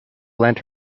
lent